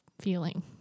feeling